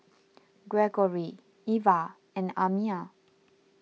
Gregory Ivah and Amya